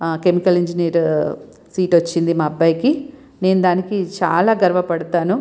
chemical engineer seat వచ్చింది మా అబ్బాయికి నేను దానికి చాల గర్వపడతాను